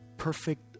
perfect